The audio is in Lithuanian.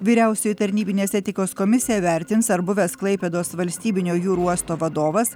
vyriausioji tarnybinės etikos komisija vertins ar buvęs klaipėdos valstybinio jūrų uosto vadovas